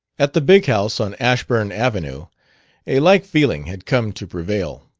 at the big house on ashburn avenue a like feeling had come to prevail.